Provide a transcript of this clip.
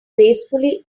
gracefully